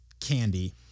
candy